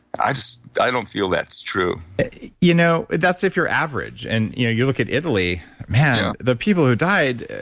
i so i don't feel that's true you know, that's if you're average. and you know you look at italy, man, the people who died,